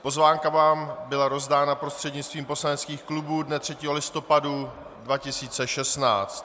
Pozvánka vám byla rozdána prostřednictvím poslaneckých klubů dne 3. listopadu 2016.